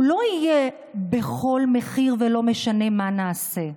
הוא לא יהיה בכל מחיר ולא משנה מה נעשה.